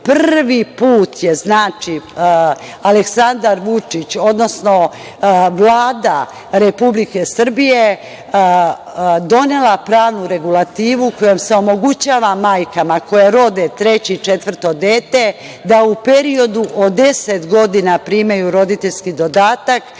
Prvi put je Aleksandar Vučić, odnosno Vlada Republike Srbije donela pravnu regulativu kojom se omogućava majkama koje rode treće i četvrto dete da u periodu od 10 godina primaju roditeljski dodatak,